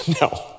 No